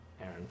Aaron